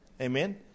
Amen